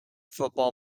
football